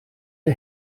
der